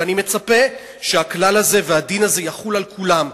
ואני מצפה שהכלל הזה והדין הזה יחול על כולם,